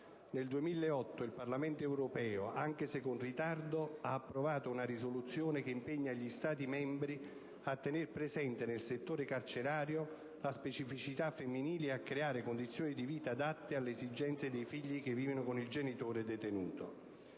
Nel 2008 il Parlamento europeo, anche se con ritardo, ha approvato una risoluzione che impegna gli Stati membri a tener presente nel settore carcerario la specificità femminile e a creare condizioni di vita adatte alle esigenze dei figli che vivono con il genitore detenuto.